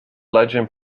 legend